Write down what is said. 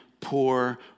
poor